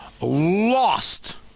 lost